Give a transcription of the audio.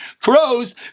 crows